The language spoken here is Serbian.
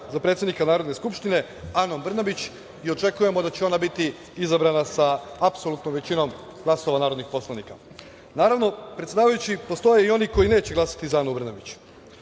za predsednika Narodne skupštine, Anom Brnabić i očekujemo da će ona biti izabrana sa apsolutnom većinom glasova narodnih poslanika. Naravno, predsedavajući, postoje i oni koji neće glasati za Anu Brnabić.